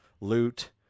loot